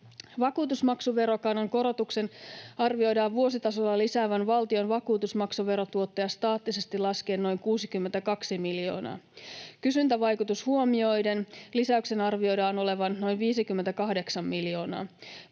Vakuutusmaksuverokannan korotuksen arvioidaan vuositasolla lisäävän valtion vakuutusmaksuverotuottoja staattisesti laskien noin 62 miljoonaa. Kysyntävaikutus huomioiden lisäyksen arvioidaan olevan noin 58 miljoonaa.